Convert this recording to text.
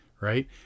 Right